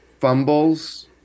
fumbles